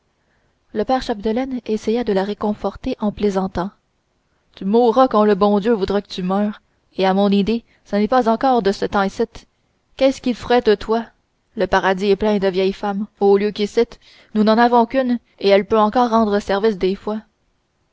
le père chapdelaine essaya de la réconforter en plaisantant tu mourras quand le bon dieu voudra que tu meures et à mon idée ça n'est pas encore de ce temps icitte qu'est-ce qu'il ferait de toi le paradis est plein de vieilles femmes au lieu qu'icitte nous n'en avons qu'une et elle peut encore rendre service des fois